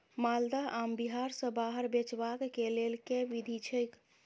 माल्दह आम बिहार सऽ बाहर बेचबाक केँ लेल केँ विधि छैय?